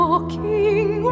walking